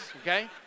okay